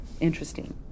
interesting